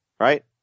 Right